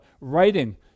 writing